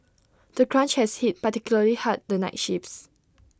the crunch has hit particularly hard the night shifts